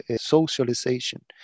socialization